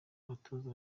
abatoza